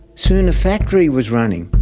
soon a factory was running.